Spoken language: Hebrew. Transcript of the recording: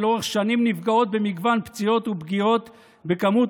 שלאורך שנים נפגעות במגוון פציעות ופגיעות בכמות